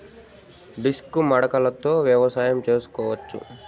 Disc మడకలతో వ్యవసాయం చేసుకోవచ్చా??